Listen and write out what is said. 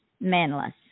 Manless